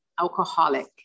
alcoholic